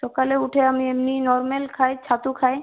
সকালে উঠে আমি এমনি নর্মাল খাই ছাতু খাই